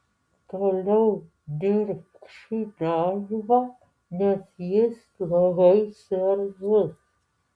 toliau dirbk šį darbą nes jis labai svarbus